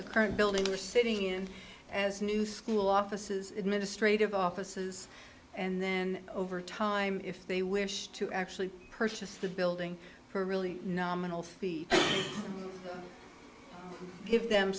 a current building or sitting in as new school offices administrative offices and then over time if they wish to actually purchase the building for really nominal fee give them